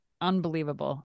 Unbelievable